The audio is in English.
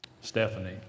Stephanie